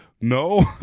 No